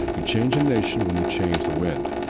you change a nation when you change the wind.